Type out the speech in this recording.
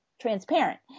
transparent